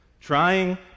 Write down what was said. trying